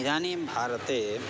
इदानीं भारते